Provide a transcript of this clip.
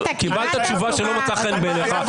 קיבלת תשובה שלא מצאה חן בעיניך.